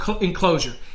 enclosure